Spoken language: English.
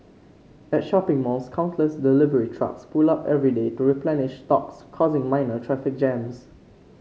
at shopping malls countless delivery trucks pull up every day to replenish stocks causing minor traffic jams